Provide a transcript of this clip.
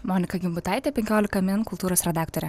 monika gimbutaitė penkiolika min kultūros redaktorė